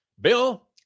Bill